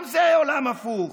גם זה עולם הפוך.